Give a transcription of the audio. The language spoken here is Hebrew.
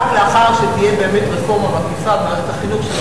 רק לאחר שתהיה באמת רפורמה מקיפה במערכת החינוך,